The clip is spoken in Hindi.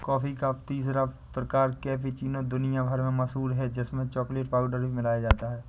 कॉफी का तीसरा प्रकार कैपेचीनो दुनिया भर में काफी मशहूर है जिसमें चॉकलेट पाउडर भी मिलाया जाता है